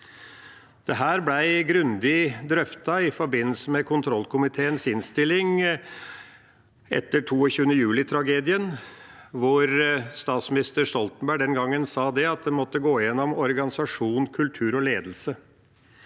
Dette ble grundig drøftet i forbindelse med kontrollkomiteens innstilling etter 22. juli-tragedien, hvor statsminister Stoltenberg den gangen sa at en måtte gå igjennom organisasjon, kultur og ledelse.